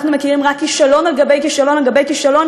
אנחנו מכירים רק כישלון על גבי כישלון על גבי כישלון